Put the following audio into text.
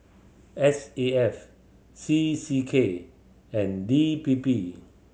S A F C C K and D P P